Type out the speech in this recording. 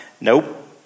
nope